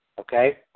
Okay